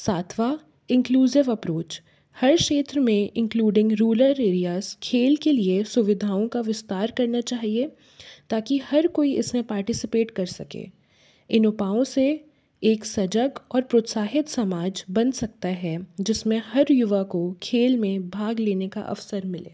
सातवाँ inclusive approach हर शेत्र में इंक्लुडिंग रुलर एरियास खेल के लिए सुविधाओं का विस्तार करना चाहिए ताकि हर कोई इस में पार्टिसिपेट कर सकें इन उपायों से एक सजक और प्रोत्साहित समाज बन सकता है जिस में हर युवा को खेल में भाग लेने का अवसर मिले